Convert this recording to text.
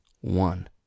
one